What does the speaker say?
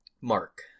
Mark